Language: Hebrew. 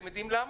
אתם יודעים למה?